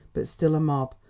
but still, a mob,